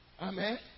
Amen